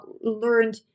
learned